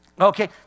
Okay